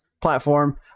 platform